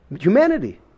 humanity